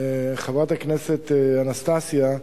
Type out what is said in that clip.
חברת הכנסת אנסטסיה,